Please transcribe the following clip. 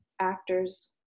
actors